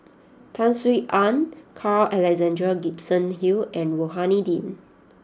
Tan Sin Aun Carl Alexander Gibson Hill and Rohani Din